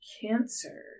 Cancer